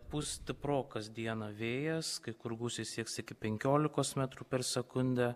pūs stiprokas dieną vėjas kai kur gūsiai sieks iki penkiolikos metrų per sekundę